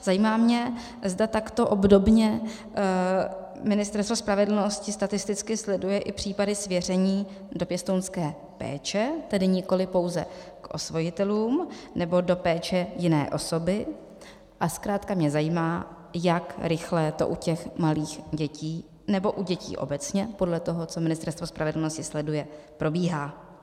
Zajímá mě, zda takto obdobně Ministerstvo spravedlnosti statisticky sleduje i případy svěření do pěstounské péče, tedy nikoliv pouze k osvojitelům, nebo do péče jiné osoby, a zkrátka mě zajímá, jak rychle to u těch malých dětí, nebo u dětí obecně, podle toho, co Ministerstvo spravedlnosti sleduje, probíhá.